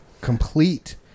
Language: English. complete